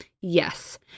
yes